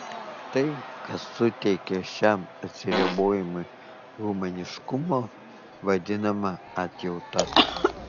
tai kas suteikia šiam atsiribojimui humaniškumo vadinama atjauta